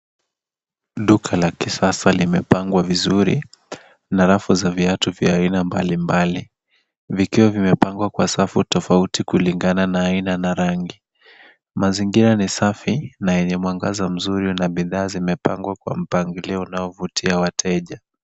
Duka la kisasa limepangwa vizuri na rafu za viatu vya aina mbalmbali vikiwa vimepangwa kwa safu tofauti kulingana na aina na rangi. Mazingira ni safi na yenye mwangaza mzuri na bidhaa zimepangwa kwa mpangilio unaovutia wateja.